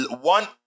one